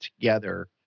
together